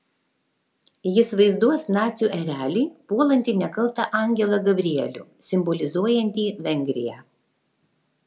jis vaizduos nacių erelį puolantį nekaltą angelą gabrielių simbolizuojantį vengriją